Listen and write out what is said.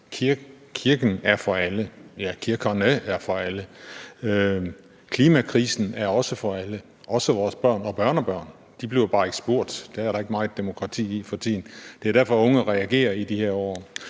kirken er for alle, ja, kirkerne er for alle. Klimakrisen rammer også alle, også vores børn og børnebørn. De bliver bare ikke spurgt, og det er der ikke meget demokrati i for tiden. Det er derfor, at unge reagerer i de her år.